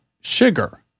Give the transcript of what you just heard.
sugar